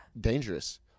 dangerous